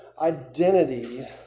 identity